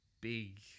big